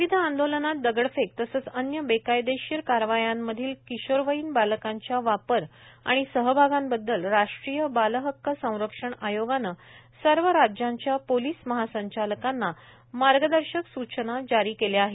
विविध आंदोलनात दगडफेक तसंच अन्य बेकायदेशीर कारवायांमधल्या किशोरवयीन बालकांच्या वापर आणि सहभागांबद्दल राष्ट्रीय बालहक्क संरक्षण आयोगानं सर्व राज्यांच्या पोलिस महासंचालकाना मार्गदर्शक सूचना जारी केल्या आहेत